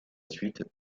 suite